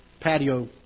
patio